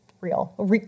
real